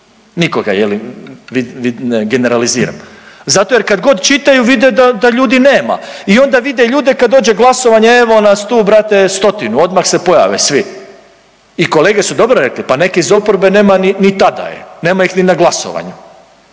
Nikoga, je li, generaliziram. Zato jer kad god čitaju, vide da ljudi nema i onda vide ljude kad dođe glasovanje, evo nas tu brate stotinu, odmah se pojave svi. I kolege su dobro rekle, pa neke iz oporbe nema ni tada, nema ih ni na glasovanju